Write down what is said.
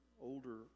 older